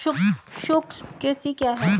सूक्ष्म कृषि क्या है?